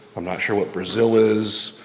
i'm not sure what brazil is.